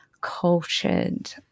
cultured